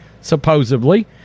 supposedly